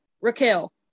Raquel